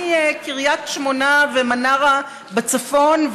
מקריית שמונה ומנרה בצפון,